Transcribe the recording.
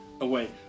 away